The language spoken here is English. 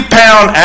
pound